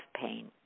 pain